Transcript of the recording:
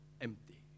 empty